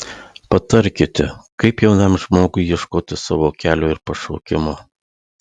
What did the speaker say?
patarkite kaip jaunam žmogui ieškoti savo kelio ir pašaukimo